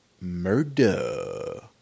murder